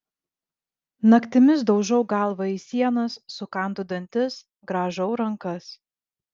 naktimis daužau galvą į sienas sukandu dantis grąžau rankas